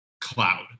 cloud